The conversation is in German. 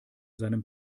seinem